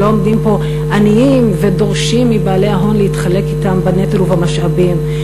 לא עומדים פה עניים ודורשים מבעלי ההון להתחלק אתם בנטל ובמשאבים,